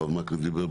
ואני אגיד לך